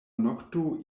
nokto